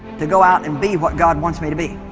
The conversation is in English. to go out and be what god wants me to be